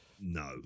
No